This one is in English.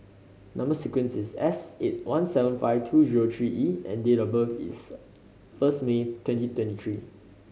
number sequence is S eight one seven five two zero three E and date of birth is first May twenty twenty three